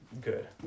good